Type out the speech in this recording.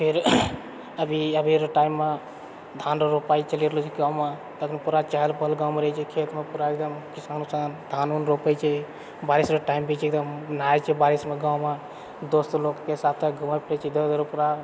फिर अभी अभीके टाइममे धान रोपाइ चलि रहलछै गाँवमे अभी पूरा चहल पहल रहैछे गाँवमे खेतमे पूरा एकदम किसान उसान धान उन रोपएछै बारिशके टाइम भी छै एकदम नहाय छिए बारिशमे गाँवमे दोस्तलोगके साथ घुमए फिरए छिए इधर उधर पूरा